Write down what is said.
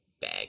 bag